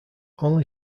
only